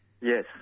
Yes